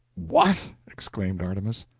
what! exclaimed artemus.